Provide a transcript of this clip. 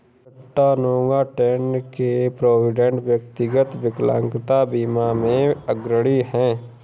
Chattanooga, Tenn के Provident, व्यक्तिगत विकलांगता बीमा में अग्रणी हैं